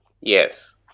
Yes